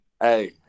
Hey